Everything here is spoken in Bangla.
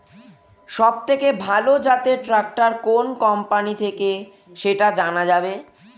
সবথেকে ভালো জাতের ট্রাক্টর কোন কোম্পানি থেকে সেটা জানা যাবে?